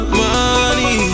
money